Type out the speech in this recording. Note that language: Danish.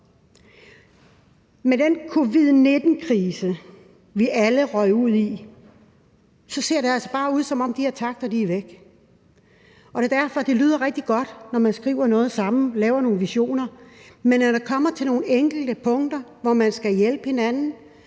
med den covid-19-krise, vi alle røg ud i, ser det altså bare ud, som om de her takter er væk. Det lyder rigtig godt, når man skriver noget sammen, laver nogle visioner, men når det kommer til nogle enkelte punkter, hvor man skal hjælpe hinanden,